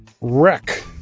wreck